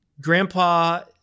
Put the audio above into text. Grandpa